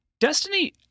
Destiny